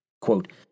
Quote